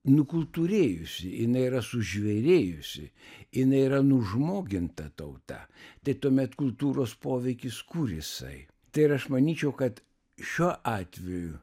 nukultūrėjusi jinai yra sužvėrėjusi jinai yra nužmoginta tauta tai tuomet kultūros poveikis kur jisai tai ir aš manyčiau kad šiuo atveju